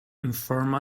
inform